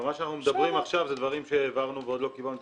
אבל מה שאנחנו מדברים עכשיו אלה דברים שהעברנו ועוד לא קיבלנו את